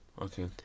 Okay